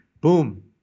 boom